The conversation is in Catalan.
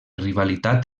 rivalitat